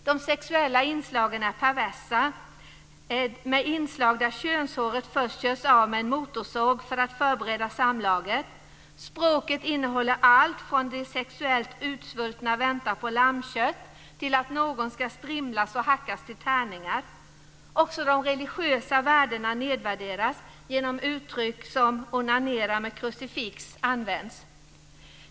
De sexuella inslagen är perversa med inslag där könshåret först körs av med en motorsåg för att förbereda samlaget. Språket innehåller allt från att "de sexuellt utsvultna väntar på lammkött" till att någon ska strimlas och hackas till tärningar. Också de religiösa värdena nedvärderas genom att uttryck som "onanera med ett krucifix" används.